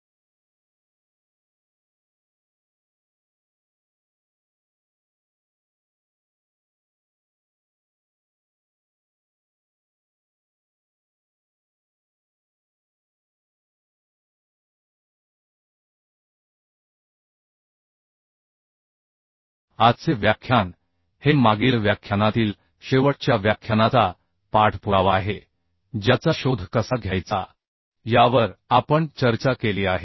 आजचे व्याख्यान हे मागील व्याख्यानातील शेवटच्या व्याख्यानाचा पाठपुरावा आहे ज्याचा शोध कसा घ्यायचा यावर आपण चर्चा केली आहे